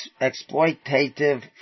exploitative